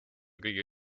kõige